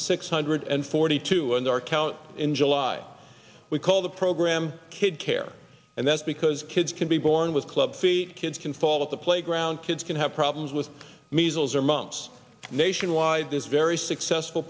six hundred and forty two and our count in july we call the program kid care and that's because kids can be born with club feet kids can fall of the playground kids can have problems with measles or mumps nationwide this very successful